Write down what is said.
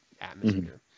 atmosphere